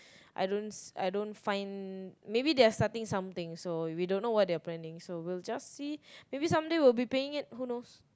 I don't I don't find maybe they are starting something so we don't know what they are planning so we'll just see maybe some day we will be paying it so who knows